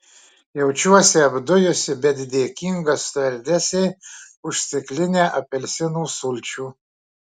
jaučiuosi apdujusi bet dėkinga stiuardesei už stiklinę apelsinų sulčių